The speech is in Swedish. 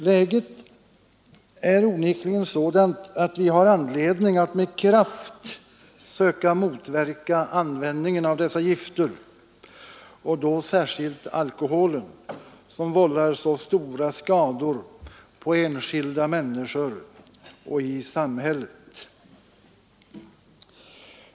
Läget är onekligen så allvarligt att det finns skäl att med kraft söka motverka användandet av dessa gifter, särskilt alkoholen som vållar så stora skador på enskilda människor och i samhället.